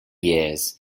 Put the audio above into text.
years